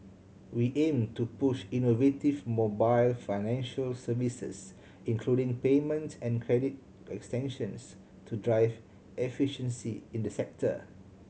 we aim to push innovative mobile financial services including payment and credit extensions to drive efficiency in the sector